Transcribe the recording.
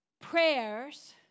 prayers